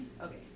Okay